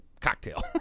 cocktail